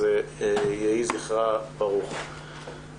יהי זכרה ברוך.